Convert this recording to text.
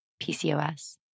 PCOS